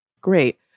Great